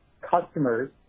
Customers